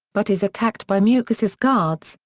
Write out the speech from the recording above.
but is attacked by mukesh's guards,